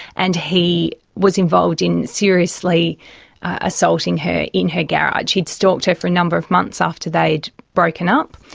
and he was involved in seriously assaulting her in her garage. he'd stalked her for a number of months after they'd broken up,